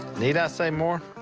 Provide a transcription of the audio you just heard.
need i say more?